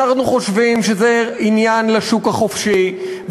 אנחנו חושבים שזה עניין לשוק החופשי,